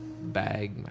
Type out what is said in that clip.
bag